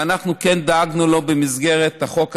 ואנחנו דאגנו לו במסגרת החוק הזה.